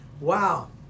Wow